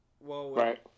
Right